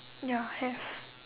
ya have